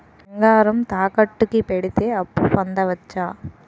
బంగారం తాకట్టు కి పెడితే అప్పు పొందవచ్చ?